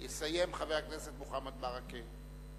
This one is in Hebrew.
יסיים חבר הכנסת מוחמד ברכה.